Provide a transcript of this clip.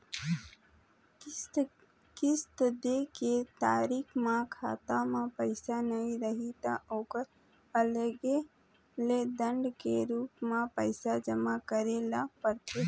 किस्त दे के तारीख म खाता म पइसा नइ रही त ओखर अलगे ले दंड के रूप म पइसा जमा करे ल परथे